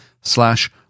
slash